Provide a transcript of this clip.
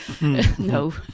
no